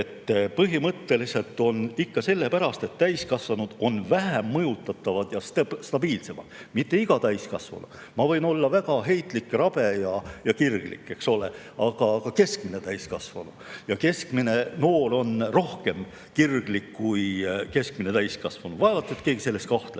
Põhimõtteliselt ikka sellepärast, et täiskasvanud on vähem mõjutatavad ja stabiilsemad. Mitte iga täiskasvanu – ma võin olla väga heitlik, rabe ja kirglik, eks ole –, vaid keskmine täiskasvanu. Ja keskmine noor on kirglikum kui keskmine täiskasvanu. Vaevalt et keegi selles